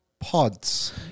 pods